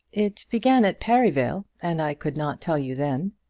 it began at perivale, and i could not tell you then.